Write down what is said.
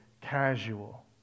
casual